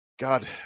God